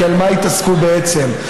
כי במה התעסקו בעצם?